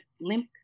limp